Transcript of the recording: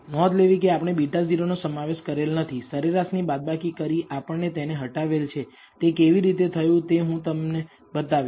નોંધ લેવી કે આપણે β0 નો સમાવેશ કરેલ નથી સરેરાશ ની બાદબાકી કરી આપણે તેને હટાવેલ છે તે કેવી રીતે થયું તે હું તમને બતાવીશ